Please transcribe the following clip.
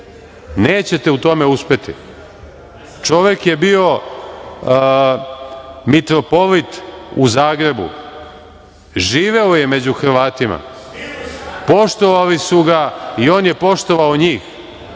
nećete u tome uspeti. Čovek je bio mitropolit u Zagrebu. Živeo je među Hrvatima. Poštovali su ga i on je poštovao njih.